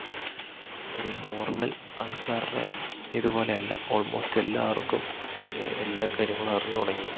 ഒരു നോർമൽ ആൾക്കാരുടെ ഇതുപോലെയല്ല ഓൾമോസ്റ്റ് എല്ലാവർക്കും എല്ലാ കാര്യങ്ങളും അറിഞ്ഞുതുടങ്ങി